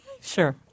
Sure